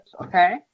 Okay